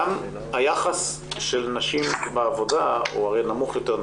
היחס של נשים בעבודה הוא הרי נמוך יותר,